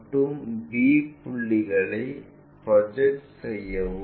a மட்டும் b புள்ளிகளை project செய்யவும்